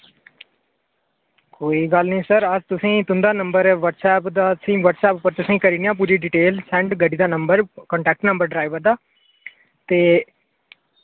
कोई गल्ल नि सर अस तुसें तुंदा नंबर व्हाट्स एप्प दा असें व्हाट्स एप्प उप्पर तुसें करिने आं पूरी डिटेल सैंड गड्डी दा नंबर कंटैक्ट नंबर ड्राइवर दा ते